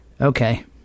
Okay